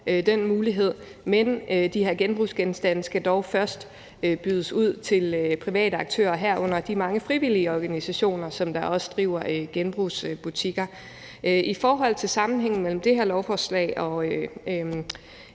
den mulighed. Men de her genbrugsgenstande skal dog først udbydes til private aktører, herunder de mange frivillige organisationer, som også driver genbrugsbutikker. I forhold til sammenhængen mellem det her lovforslag og